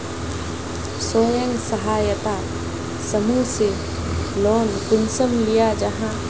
स्वयं सहायता समूह से लोन कुंसम लिया जाहा?